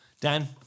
Dan